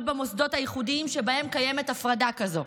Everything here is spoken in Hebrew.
במוסדות הייחודיים שבהם קיימת הפרדה כזו.